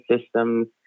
systems